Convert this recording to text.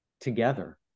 together